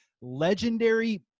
legendary